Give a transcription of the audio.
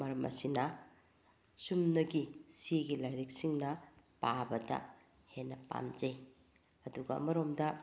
ꯃꯔꯝ ꯑꯁꯤꯅ ꯆꯨꯝꯅꯒꯤ ꯆꯦꯒꯤ ꯂꯥꯏꯔꯤꯛꯁꯤꯡꯅ ꯄꯥꯕꯗ ꯍꯦꯟꯅ ꯄꯥꯝꯖꯩ ꯑꯗꯨꯒ ꯑꯃꯔꯣꯝꯗ